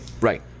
Right